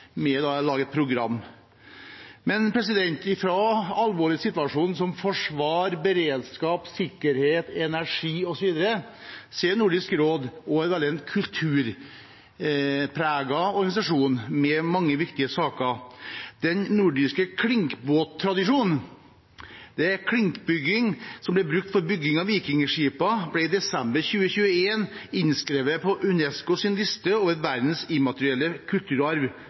Men fra den alvorlige situasjonen som gjelder forsvar, beredskap, sikkerhet, energi osv.: Nordisk råd er også en veldig kulturpreget organisasjon med mange viktige saker. Den nordiske klinkbåt-tradisjonen, med klinkbygging som ble brukt til å bygge vikingskipene, ble i desember 2021 innskrevet på UNESCOs liste over verdens immaterielle kulturarv.